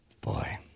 Boy